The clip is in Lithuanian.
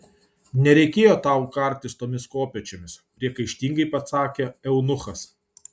nereikėjo tau kartis tomis kopėčiomis priekaištingai pasakė eunuchas